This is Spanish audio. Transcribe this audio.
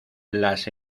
las